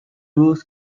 ruth